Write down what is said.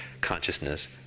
consciousness